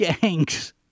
gangs